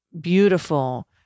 beautiful